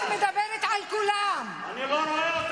אל תסתכל עליי ואל תדבר אליי.